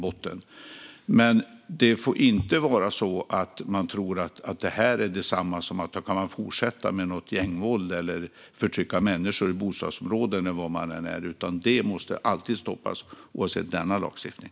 Man får dock inte tro att det betyder att man kan fortsätta med gängvåld eller med att förtrycka människor i bostadsområden eller var man än är. Det måste alltid stoppas, oavsett denna lagstiftning.